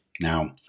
now